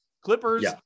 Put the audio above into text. Clippers